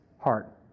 heart